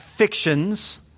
Fictions